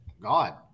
God